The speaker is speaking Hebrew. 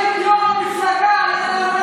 אני מפלגה שלי, נשמה.